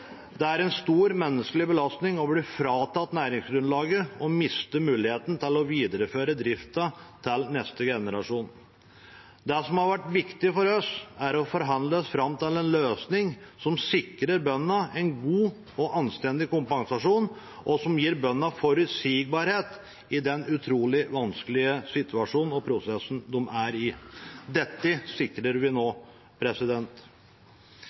Det er en stor menneskelig belastning å bli fratatt næringsgrunnlaget og miste muligheten til å videreføre driften til neste generasjon. Det som har vært viktig for oss, har vært å forhandle fram en løsning som sikrer bøndene en god og anstendig kompensasjon, og som gir dem forutsigbarhet i den utrolig vanskelige situasjonen og prosessen de er i. Dette sikrer vi nå.